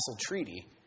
treaty